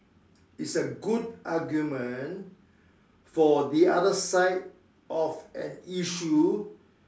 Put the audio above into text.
is a good argument for the other side of an issue